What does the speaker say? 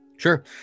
Sure